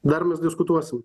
dar mes diskutuosim